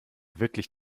wirklich